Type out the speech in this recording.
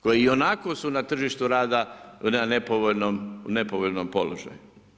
Koje ionako su na tržištu rada u nepovoljnom položaju.